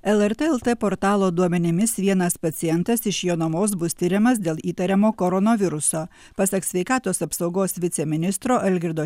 lrt lt portalo duomenimis vienas pacientas iš jonavos bus tiriamas dėl įtariamo koronaviruso pasak sveikatos apsaugos viceministro algirdo